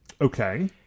Okay